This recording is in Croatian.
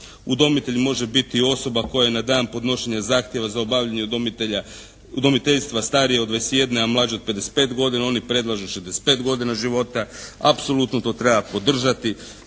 udomitelj može biti osoba koja je na dan podnošenja zahtjeva za obavljanje udomiteljstva starija od 21, a mlađa od 55 godina. Oni predlažu 65 godina života. Apsolutno to treba podržati.